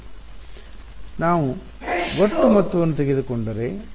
ವಿದ್ಯಾರ್ಥಿ ನಾವು ಒಟ್ಟು ಮೊತ್ತವನ್ನು ತೆಗೆದುಕೊಂಡರೆ ನೋಡಿ ಸಮಯ 0824